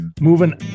moving